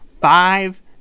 five